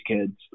kids